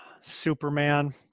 Superman